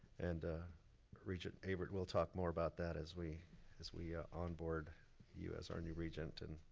and regent averyt, we'll talk more about that as we as we onboard you as our new regent and,